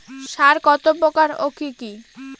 সার কত প্রকার ও কি কি?